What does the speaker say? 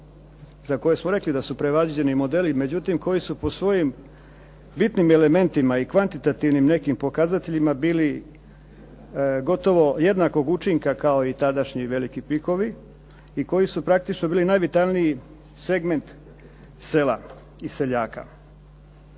za koje smo rekli da su … /Govornik se ne razumije./ … međutim koji su po svojim bitnim elementima i kvantitativnim nekim pokazateljima bili gotovo jednakog učinka kao i tadašnji veliki pikovi i koji su praktično bili najvitalniji segment sela i seljaka.